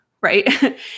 Right